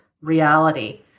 reality